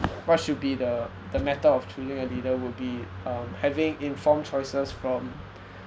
what should be the the matter of choosing a leader would be um having informed choices from